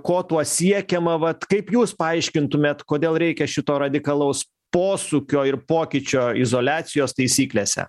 ko tuo siekiama vat kaip jūs paaiškintumėt kodėl reikia šito radikalaus posūkio ir pokyčio izoliacijos taisyklėse